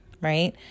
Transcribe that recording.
right